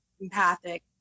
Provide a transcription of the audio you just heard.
empathic